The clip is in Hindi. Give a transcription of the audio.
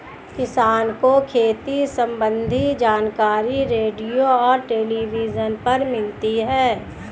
किसान को खेती सम्बन्धी जानकारी रेडियो और टेलीविज़न पर मिलता है